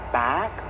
back